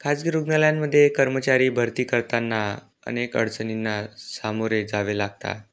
खाजगी रुग्णालयांमध्ये कर्मचारी भरती करताना अनेक अडचणींना सामोरे जावे लागतात